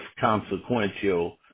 consequential